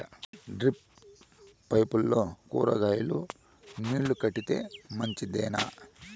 Drip పైపుల్లో కూరగాయలు నీళ్లు కడితే మంచిదేనా?